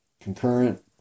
concurrent